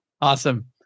Awesome